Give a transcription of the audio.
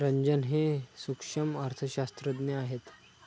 रंजन हे सूक्ष्म अर्थशास्त्रज्ञ आहेत